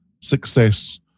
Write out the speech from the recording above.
success